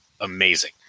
amazing